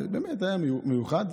ובאמת זה היה מיוחד,